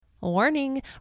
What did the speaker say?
Warning